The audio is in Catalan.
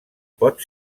pot